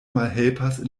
malhelpas